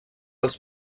els